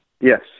Yes